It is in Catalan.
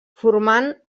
formant